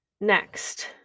Next